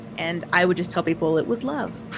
and i would just tell people it was love.